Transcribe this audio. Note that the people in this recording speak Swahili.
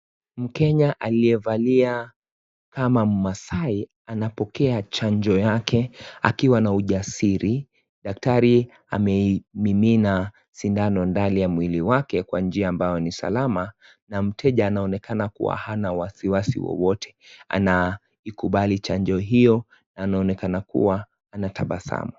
Mkenya aliyevalia kama mmasai anapokea chanjo yake akiwa na ujasiri. Daktari ameiminina sindano ndani ya mwili wake kwa njia ambao ni salama. Na mteja anaonekana kuwa hana wasiwasi wowote. Anaikubali chanjo hiyo na anaonekana kuwa ana tabasamu.